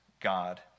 God